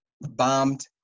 bombed